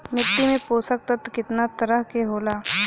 मिट्टी में पोषक तत्व कितना तरह के होला?